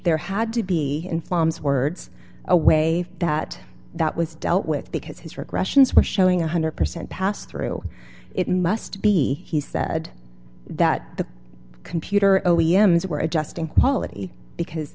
there had to be in flames words a way that that was dealt with because his regressions were showing one hundred percent pass through it must be he said that the computer o e m s were adjusting quality because